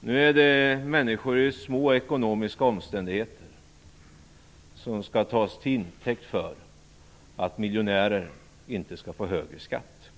Nu är det människor i små ekonomiska omständigheter som skall tas till intäkt för att miljonärer inte skall få högre skatt.